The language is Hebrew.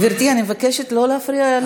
גברתי, אני מבקשת לא להפריע לשר באמצע.